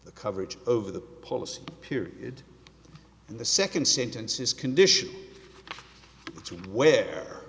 the coverage over the policy period and the second sentence is condition where